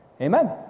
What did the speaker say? Amen